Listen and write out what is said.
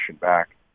back